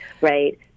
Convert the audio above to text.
Right